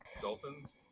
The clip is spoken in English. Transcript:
Dolphins